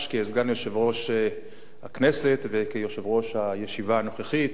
כסגן יושב-ראש הכנסת וכיושב-ראש הישיבה הנוכחית.